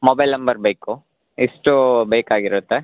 mobile number ಬೇಕು ಇಷ್ಟು ಬೇಕಾಗಿರುತ್ತೆ